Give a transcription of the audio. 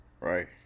right